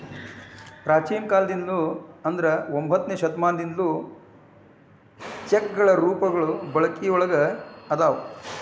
ಪ್ರಾಚೇನ ಕಾಲದಿಂದ್ಲು ಅಂದ್ರ ಒಂಬತ್ತನೆ ಶತಮಾನದಿಂದ್ಲು ಚೆಕ್ಗಳ ರೂಪಗಳು ಬಳಕೆದಾಗ ಅದಾವ